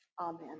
Amen